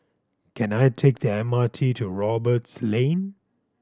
can I take the M R T to Roberts Lane